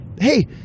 hey